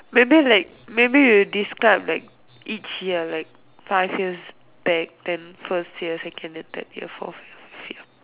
maybe like maybe you describe like each year like five years back then first year second and third ya forth fifth